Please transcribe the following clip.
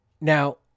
Now